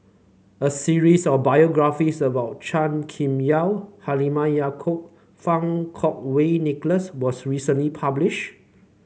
a series of biographies about Chua Kim Yeow Halimah Yacob Fang Kuo Wei Nicholas was recently published